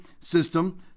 system